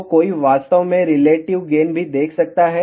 तो कोई वास्तव में रिलेटिव गेन भी देख सकता है